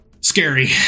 scary